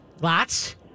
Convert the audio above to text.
Lots